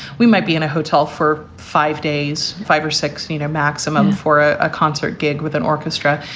we might be in a hotel for five days, five or sixteen or maximum for ah a concert gig with an orchestra.